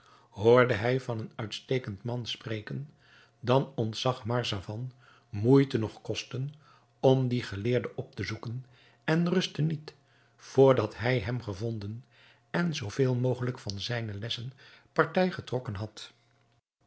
hoorde hij van een uitstekend man spreken dan ontzag marzavan moeite noch kosten om dien geleerde op te zoeken en rustte niet voordat hij hem gevonden en zoo veel mogelijk van zijne lessen partij getrokken had